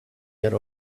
year